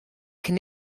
cyn